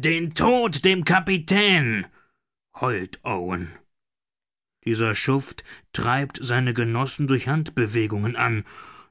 den tod dem kapitän heult owen dieser schuft treibt seine genossen durch handbewegungen an